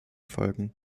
folgen